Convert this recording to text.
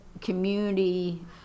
community